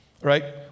right